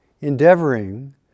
endeavoring